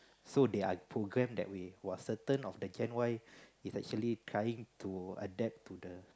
so they are program that way who are certain of Gen-Y is actually trying to adapt to the